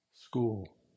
school